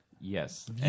Yes